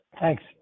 Thanks